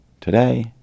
today